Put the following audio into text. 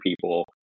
people